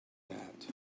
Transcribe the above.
that